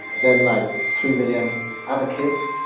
then, like three million other kids,